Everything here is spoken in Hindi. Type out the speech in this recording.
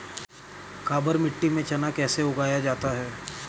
काबर मिट्टी में चना कैसे उगाया जाता है?